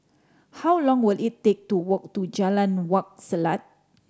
how long will it take to walk to Jalan Wak Selat